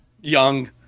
young